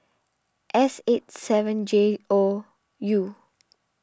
S eight seven J O U